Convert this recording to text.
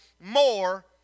more